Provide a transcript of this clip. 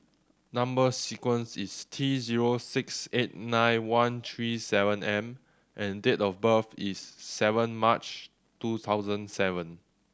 number sequence is T zero six eight nine one three seven M and date of birth is seven March two thousand seven